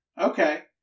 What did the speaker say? Okay